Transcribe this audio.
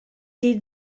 did